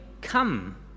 come